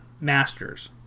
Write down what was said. masters